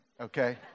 okay